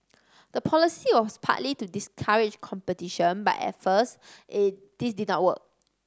the policy was partly to discourage competition but at first this did not work